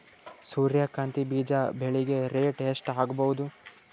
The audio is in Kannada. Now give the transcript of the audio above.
ಸೂರ್ಯ ಕಾಂತಿ ಬೀಜ ಬೆಳಿಗೆ ರೇಟ್ ಎಷ್ಟ ಆಗಬಹುದು?